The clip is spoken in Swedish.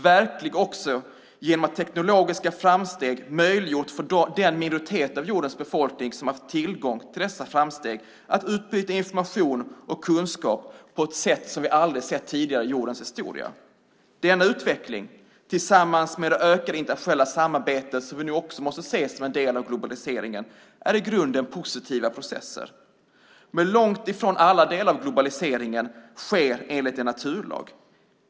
Den är verklig också genom att teknologiska framsteg möjliggjort för den minoritet av jordens befolkning som haft tillgång till dessa framsteg att utbyta information och kunskap på ett sätt som vi aldrig sett tidigare i jordens historia. Denna utveckling tillsammans med det ökade internationella samarbetet som vi nu också måste se som en del av globaliseringen är i grunden positiva processer. Men långt ifrån alla delar av globaliseringen sker enligt en naturlag.